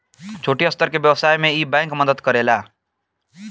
छोट स्तर के व्यवसाय में इ बैंक मदद करेला